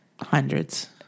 hundreds